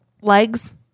legs